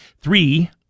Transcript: Three